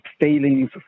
failings